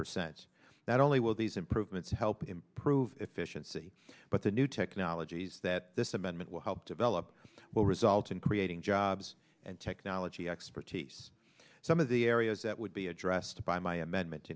percent that only will these improvements help improve efficiency but the new technologies that this amendment will help develop will result in creating jobs and technology expertise some of the areas that would be addressed by my amendment